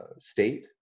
state